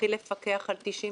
נתחיל לפקח על 92